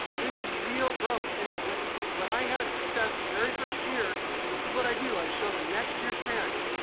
this is real growth. and when when i had success the very first year, this is what i do. i show the next year's parents.